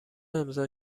امضا